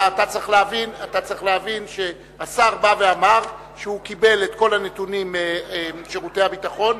אתה צריך להבין שהשר בא ואמר שהוא קיבל את כל הנתונים משירותי הביטחון,